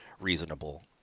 reasonable